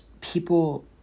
people